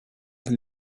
from